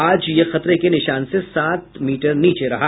आज यह खतरे के निशान से सात मीटर नीचे रहा